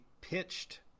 pitched